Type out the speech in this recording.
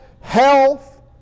health